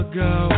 go